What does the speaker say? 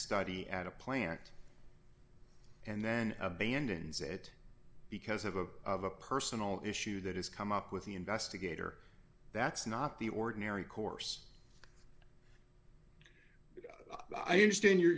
study at a plant and then abandons it because of a of a personal issue that has come up with the investigator that's not the ordinary course i understand